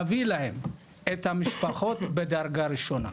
להביא להם את המשפחות בדרגה ראשונה.